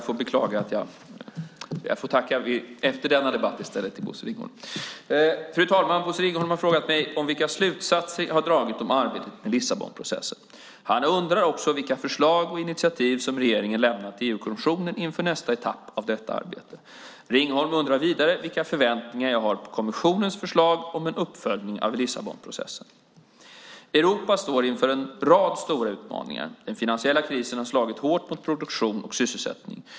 Fru talman! Bosse Ringholm har frågat mig vilka slutsatser jag har dragit av arbetet med Lissabonprocessen. Han undrar också vilka förslag och initiativ som regeringen lämnat till EU-kommissionen inför nästa etapp av detta arbete. Ringholm undrar vidare vilka förväntningar jag har på EU-kommissionens förslag om en uppföljning av Lissabonprocessen. Europa står inför en rad stora utmaningar. Den finansiella krisen har slagit hårt mot produktion och sysselsättning.